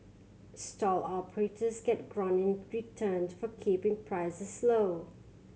stall operators get grant in return for keeping prices low